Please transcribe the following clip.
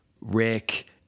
Rick